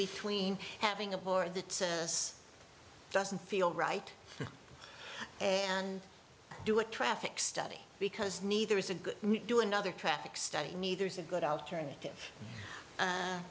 between having a board that says doesn't feel right and do a traffic study because neither is a good do another traffic study neither is a good alternative